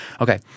Okay